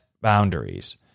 boundaries